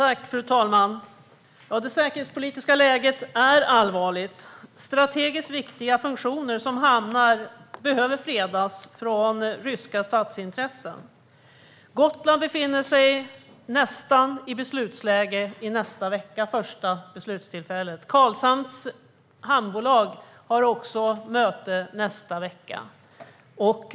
Fru talman! Det säkerhetspolitiska läget är allvarligt. Strategiskt viktiga funktioner som hamnar behöver fredas från ryska statsintressen. Gotland befinner sig nästan i beslutsläge. I nästa vecka är första beslutstillfället. Karlshamns hamnbolag har också möte i nästa vecka.